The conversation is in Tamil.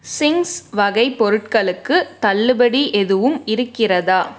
சிங்க்ஸ் வகை பொருட்களுக்கு தள்ளுபடி எதுவும் இருக்கிறதா